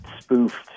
spoofed